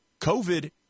COVID